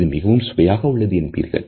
இது மிகவும் சுவையாக உள்ளது என்பீர்கள்